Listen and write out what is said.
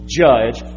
judge